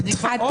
משקרת.